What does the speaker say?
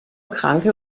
kranke